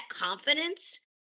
confidence